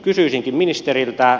kysyisinkin ministeriltä